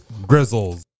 Grizzles